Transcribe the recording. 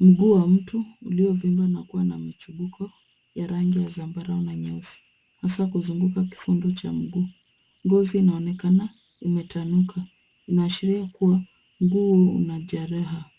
Mguu wa mtu, uliovimba na kuwa na michipuko ya rangi ya zambarau na nyeusi ,hasa kuzunguka kifundo cha mguu. Ngozi inaonekana imetanuka, inaashiria kuwa mguu una jareha.